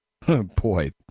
Boy